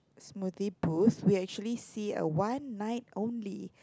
smoothie booth we actually see a one night only